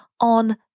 on